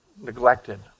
neglected